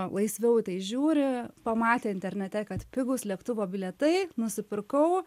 laisviau į tai žiūri pamatė internete kad pigūs lėktuvo bilietai nusipirkau